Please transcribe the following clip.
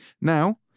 now